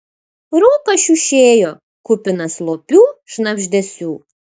rūkas šiušėjo kupinas slopių šnabždesių